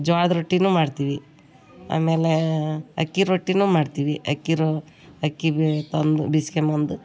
ಜೋಳದ ರೊಟ್ಟಿಯೂ ಮಾಡ್ತೀವಿ ಆಮೇಲೆ ಅಕ್ಕಿ ರೊಟ್ಟಿಯೂ ಮಾಡ್ತೀವಿ ಅಕ್ಕಿ ರೊ ಅಕ್ಕಿ ಬೆ ತಂದು ಬಿಸ್ಗೊಂಡ್ಬಂದು